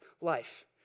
life